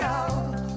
out